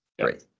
Great